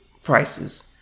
prices